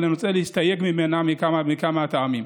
אבל אני רוצה להסתייג ממנו מכמה טעמים: